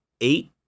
eight